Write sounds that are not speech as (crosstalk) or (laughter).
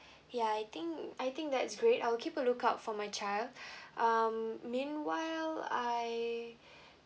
(breath) yeah I think I think that is great I'll keep a look out for my child (breath) um meanwhile I (breath)